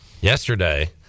yesterday